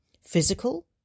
physical